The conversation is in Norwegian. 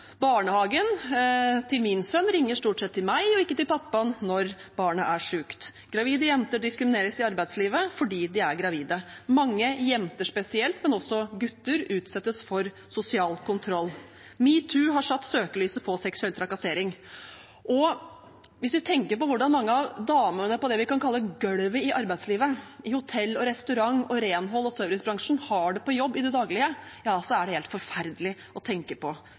Barnehagen til min sønn ringer stort sett til meg og ikke til pappaen når barnet er sykt. Gravide jenter diskrimineres i arbeidslivet fordi de er gravide. Mange jenter spesielt, men også gutter, utsettes for sosial kontroll. Metoo har satt søkelyset på seksuell trakassering. Det er helt forferdelig å tenke på hvordan mange av damene på det vi kan kalle «gølvet» i arbeidslivet, i hotell-, restaurant-, renholds- og servicebransjen, har det på jobb i det daglige.